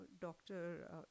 doctor